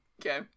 Okay